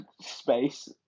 space